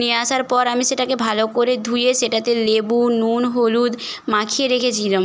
নিয়ে আসার পর আমি সেটাকে ভালো করে ধুয়ে সেটাতে লেবু নুন হলুদ মাখিয়ে রেখেছিলাম